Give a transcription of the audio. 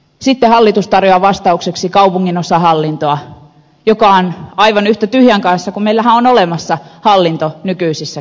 sitten hallitus tarjoaa vastaukseksi kaupunginosahallintoa joka on aivan yhtä tyhjän kanssa kun meillähän on olemassa hallinto nykyisissä kunnissa